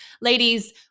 ladies